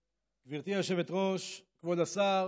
גברתי היושבת-ראש, כבוד השר,